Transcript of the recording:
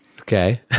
Okay